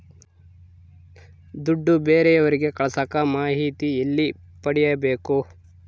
ದುಡ್ಡು ಬೇರೆಯವರಿಗೆ ಕಳಸಾಕ ಮಾಹಿತಿ ಎಲ್ಲಿ ಪಡೆಯಬೇಕು?